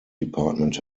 department